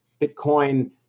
Bitcoin